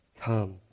Come